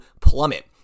plummet